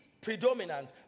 predominant